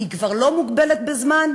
כבר לא מוגבלת בזמן.